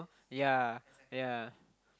yeah yeah